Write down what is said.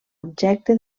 objecte